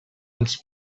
als